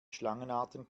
schlangenarten